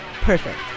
Perfect